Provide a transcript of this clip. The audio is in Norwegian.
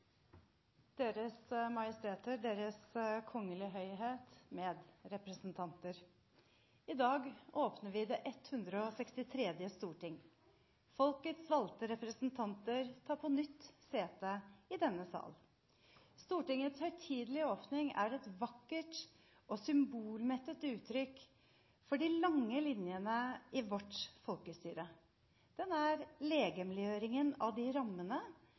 Deres Majesteter, Deres Kongelige Høyhet, medrepresentanter! I dag åpner vi det 163. storting. Folkets valgte representanter tar på nytt sete i denne sal. Stortingets høytidelige åpning er et vakkert og symbolmettet uttrykk for de lange linjene i vårt folkestyre. Den er legemliggjøringen av de rammene